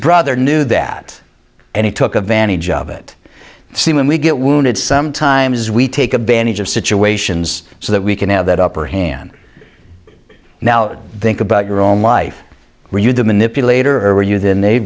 brother knew that and he took advantage of it see when we get wounded sometimes we take advantage of situations so that we can have that upper hand now think about your own life where you the manipulator are you then they